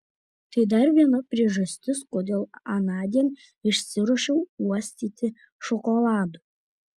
tai dar viena priežastis kodėl anądien išsiruošiau uostyti šokolado